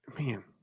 man